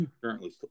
currently